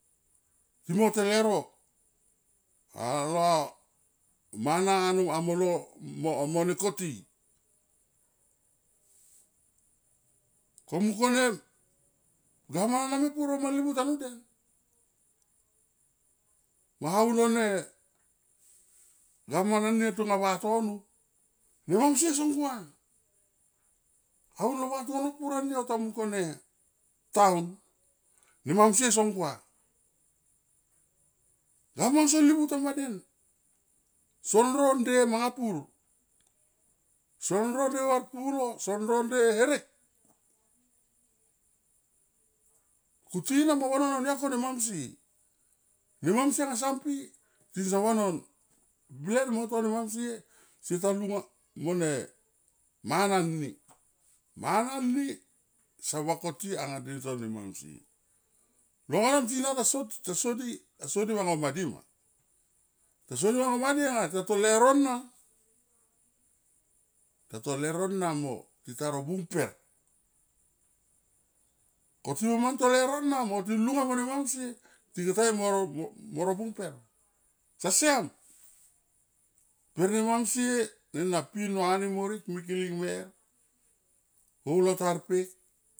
Timo te e leuro alo mana anu amolo mo nekoti, ko mung kone gavman na mepur o ma livu tanu den mo au lo ne govman ani tonga vatono ne mamsie song gua aun lo vatono pur ani ota mung kone town ne mamsie song gua gavman son livu tam ba den son ro nde manga pur son ro nde varpulo son ro nde herek. Kuti na mo vanom au nia ko ne mamsie. Ne mamsie nga son pi, tison vanom ble mo to ne mamsie se ta lunga mo ne mana ni. Mana ni son vako ti anga de to ne mamsie long vanem tina ta sodi, sodi va ngo ma di va. Taso di va ngoma di nga ta to leuro na, ta to leuro na mo, tita ro bung per ko ti mo ma to leuro na mo tilung nga mo ne mamsie tikia mai mo ro bung per sa siam per ne mamsie ne na pir no ari morik mikiling mer holo ta rpek.